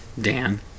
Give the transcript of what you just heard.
Dan